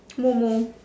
momo